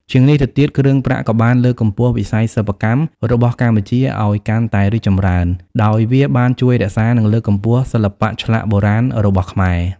ជាងនេះទៅទៀត គ្រឿងប្រាក់ក៏បាន លើកកម្ពស់វិស័យសិប្បកម្ម របស់កម្ពុជាឲ្យកាន់តែរីកចម្រើន ដោយវាបានជួយរក្សា និងលើកកម្ពស់សិល្បៈឆ្លាក់បុរាណរបស់ខ្មែរ